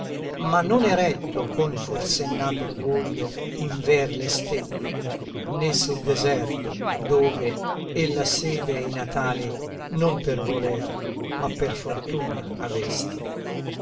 ma non eretto con forsennato orgoglio inver le stelle né sul deserto dove e la sede e i natali non per voler ma per fortuna avesti